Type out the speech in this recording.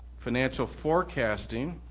financial forecasting,